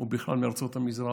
ובכלל מארצות המזרח,